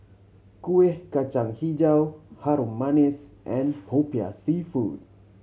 Kuih Kacang Hijau Harum Manis and Popiah Seafood